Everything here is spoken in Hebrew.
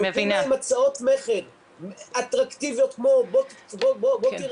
מביאים להם הצעות מכר אטרקטיביות כמו בוא תירשם,